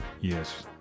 Yes